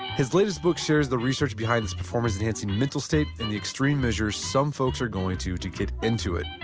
his latest book shares the research behind this performance enhancing mental state and the extreme measures some folks are going to to get into it.